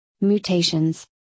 Mutations